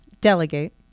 delegate